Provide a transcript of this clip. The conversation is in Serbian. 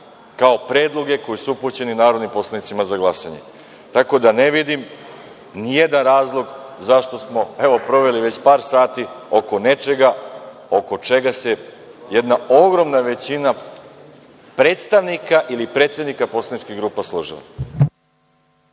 kao predloge koji su upućeni narodnim poslanicima za glasanje. Tako da, ne vidim nijedan razlog zašto smo, evo, proveli već par sati oko nečega oko čega se jedna ogromna većina predstavnika ili predsednika poslaničkih grupa složile.